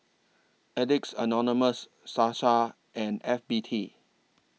Addicts Anonymous Sasa and F B T